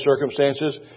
circumstances